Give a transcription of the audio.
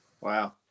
wow